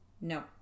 No